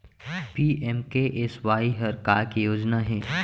PMKSY हर का के योजना हे?